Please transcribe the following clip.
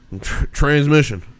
transmission